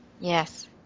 Yes